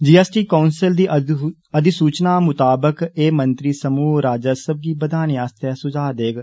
जी S T council दी अधिसूचना मुताबक कई मंत्री समूह राजस्व गी बधाने आस्तै सुझाव देग